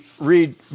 read